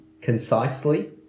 concisely